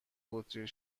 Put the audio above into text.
بطری